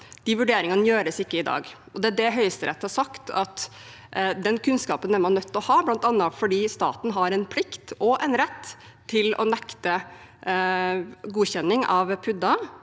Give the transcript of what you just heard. De vurderingene gjøres ikke i dag. Det Høyesterett har sagt, er at den kunnskapen er man nødt til å ha, bl.a. fordi staten har en plikt og en rett til å nekte godkjenning av PUD-er,